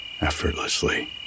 effortlessly